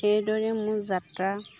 সেইদৰে মোৰ যাত্ৰা